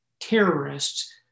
terrorists